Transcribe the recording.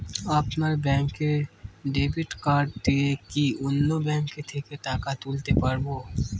আপনার ব্যাংকের debit card দিয়ে কি অন্য ব্যাংকের থেকে টাকা তুলতে পারবো?